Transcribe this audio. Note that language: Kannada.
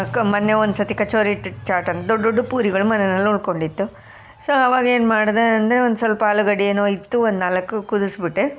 ಕ ಮೊನ್ನೆ ಒಂದು ಸತಿ ಕಚೋರಿ ಟ್ ಚಾಟ್ ಅಂತ ದೊಡ್ಡ ದೊಡ್ಡ ಪೂರಿಗಳು ಮನೆನಲ್ಲಿ ಉಳ್ಕೊಂಡಿತ್ತು ಸೊ ಆವಾಗ ಏನು ಮಾಡಿದೆ ಅಂದರೆ ಒಂದು ಸ್ವಲ್ಪ ಆಲೂಗಡ್ಡೆ ಏನೋ ಇತ್ತು ಒಂದು ನಾಲ್ಕು ಕುದಿಸ್ಬಿಟ್ಟೆ